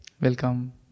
Welcome